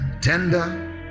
tender